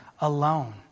alone